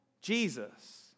Jesus